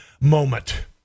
moment